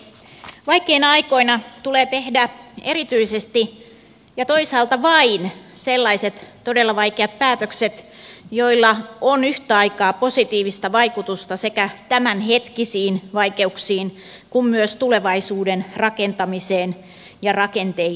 vaikeina aikoina tulee tehdä erityisesti ja toisaalta vain sellaiset todella vaikeat päätökset joilla on yhtä aikaa positiivista vaikutusta sekä tämänhetkisiin vaikeuksiin että myös tulevaisuuden rakentamiseen ja rakenteisiin